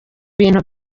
ibintu